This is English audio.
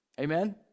Amen